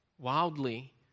Wildly